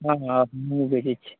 मङ्गाउ दुन्नु बेचैत छी